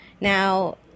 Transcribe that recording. Now